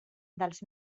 dels